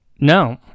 No